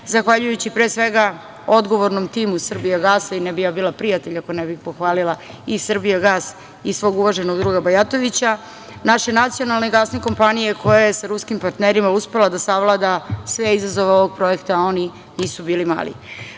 zahvaljujući pre svega odgovornom timu „Srbijagasa“, i ne bih ja bila prijatelj ako ne bih pohvalila i „Srbijagas“ i svog uvaženog druga Bajatovića, naše nacionalne gasne kompanije, koja je sa ruskim partnerima uspela da savlada sve izazove ovog projekta, a oni nisu bili mali. Još